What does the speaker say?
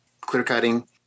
clear-cutting